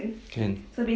can